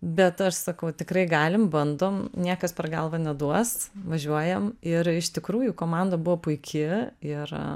bet aš sakau tikrai galim bandom niekas per galvą neduos važiuojam ir iš tikrųjų komanda buvo puiki ir